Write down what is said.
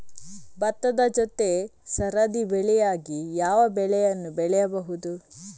ಭತ್ತದ ಜೊತೆ ಸರದಿ ಬೆಳೆಯಾಗಿ ಯಾವ ಬೆಳೆಯನ್ನು ಬೆಳೆಯಬಹುದು?